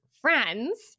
friends